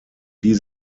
die